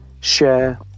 share